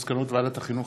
מסקנות ועדת החינוך,